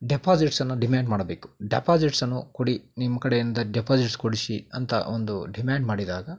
ಡೆಪಾಸಿಟ್ಸನ್ನು demand ಮಾಡಬೇಕು ಡೆಪಾಸಿಟ್ಸನ್ನು ಕೊಡಿ ನಿಮ್ಮ ಕಡೆಯಿಂದ ಡೆಪಾಸಿಟ್ಸ್ ಕೊಡಿಸಿ ಅಂತ ಒಂದು ಡಿಮ್ಯಾಂಡ್ ಮಾಡಿದಾಗ